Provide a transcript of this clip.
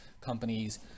companies